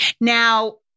Now